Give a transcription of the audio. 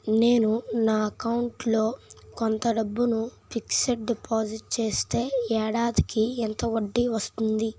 నేను నా అకౌంట్ లో కొంత డబ్బును ఫిక్సడ్ డెపోసిట్ చేస్తే ఏడాదికి ఎంత వడ్డీ వస్తుంది?